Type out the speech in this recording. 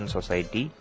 Society